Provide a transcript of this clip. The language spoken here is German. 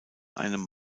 einem